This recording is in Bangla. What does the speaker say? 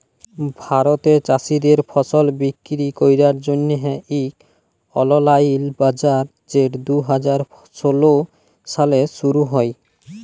ভারতে চাষীদের ফসল বিক্কিরি ক্যরার জ্যনহে ইক অললাইল বাজার যেট দু হাজার ষোল সালে শুরু হ্যয়